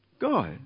God